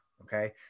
Okay